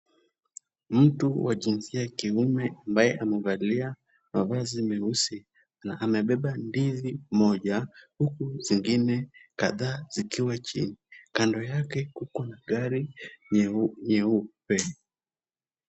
Mtu wa jinsia kiume ambaye amevalia mavazi meusi na amebeba ndizi moja, huku zingine kadhaa zikiwa chini. Kando yake kuko na gari nyeupe.